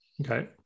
Okay